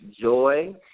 joy